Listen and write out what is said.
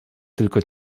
tylko